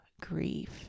grief